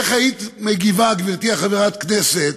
איך היית מגיבה, גברתי חברת הכנסת,